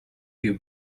you